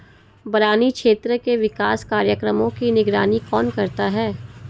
बरानी क्षेत्र के विकास कार्यक्रमों की निगरानी कौन करता है?